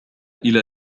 إلى